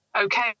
okay